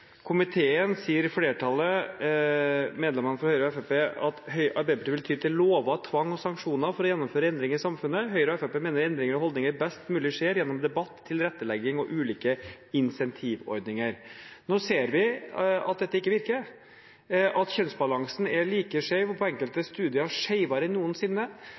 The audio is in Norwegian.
komiteen sier flertallet, medlemmene fra Høyre og Fremskrittspartiet, at Arbeiderpartiet vil ty til «lover, tvang og sanksjoner for å gjennomføre endringer i samfunnet». Høyre og Fremskrittspartiet mener «endringer av holdninger best mulig skjer gjennom debatt, tilrettelegging og ulike insentivordninger». Nå ser vi at dette ikke virker, at kjønnsbalansen er like skjev – og på enkelte studier skjevere enn noensinne.